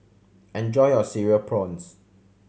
enjoy your Cereal Prawns